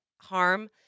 harm